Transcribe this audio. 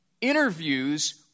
interviews